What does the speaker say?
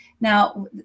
now